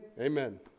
amen